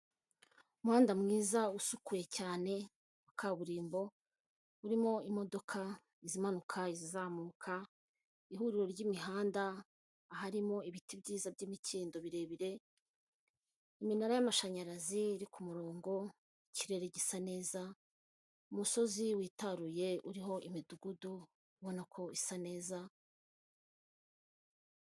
Umuhanda mwiza usukuye cyane wa kaburimbo, urimo imodoka izimanuka, izizamuka, ihuriro ry'imihanda aharimo ibiti byiza by'imikindo birebire, iminara y'amashanyarazi iri ku murongo, ikirere gisa neza, umusozi witaruye uriho imidugudu, ubonako isa neza,...